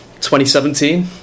2017